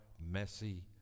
messy